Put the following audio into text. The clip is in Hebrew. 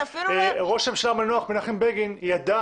אגב ראש הממשלה המנוח מנחם בגין ידע